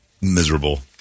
Miserable